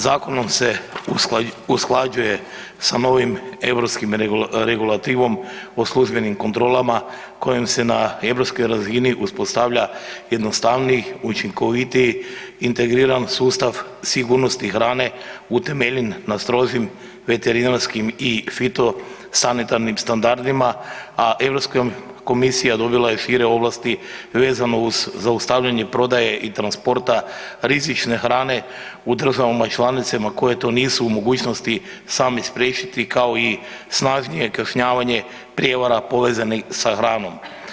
Zakonom se usklađuje sa novim europskom regulativom o službenim kontrolama kojim se na europskoj razini uspostavlja jednostavniji, učinkovitiji, integriran sustav sigurnosti hrane utemeljen na strožim veterinarskim i fitosanitarnim standardima a Europska komisija dobila je šire ovlasti vezano uz zaustavljanje prodaje i transporta rizične hrane u državama članicama koje to nisu u mogućnosti sami spriječiti kao i snažnije kažnjavanje prijevara povezanih sa hranom.